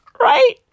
Right